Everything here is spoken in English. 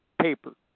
Paper